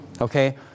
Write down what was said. Okay